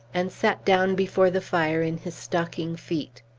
and sat down before the fire in his stocking-feet.